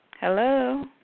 Hello